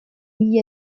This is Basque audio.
mila